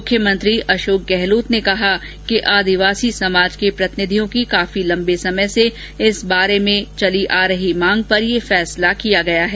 मुख्यमंत्री अशोक गहलोत ने कहा कि आदिवासी समाज के प्रतिनिधियों की काफी लम्बे समय से इस सम्बन्ध में चली आ रही मांग पर ये निर्णय लिया गया है